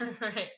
Right